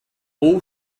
all